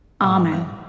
Amen